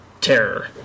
terror